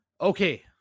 Okay